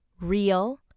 Real